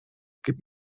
kaip